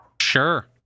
sure